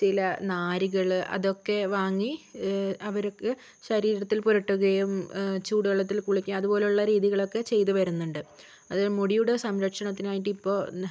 ചില നാരുകള് അതൊക്കെ വാങ്ങി അവർക്ക് ശരീരത്തിൽ പുരട്ടുകയും ചൂട് വെള്ളത്തിൽ കുളിക്കുകയും അതുപോലുള്ള രീതികളൊക്കെ ചെയ്തു വരുന്നുണ്ട് അത് മുടിയുടെ സംരക്ഷണത്തിന് ആയിട്ടിപ്പോൾ